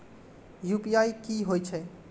UPI की होई छै?